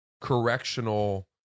correctional